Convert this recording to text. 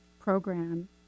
program